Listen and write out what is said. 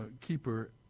keeper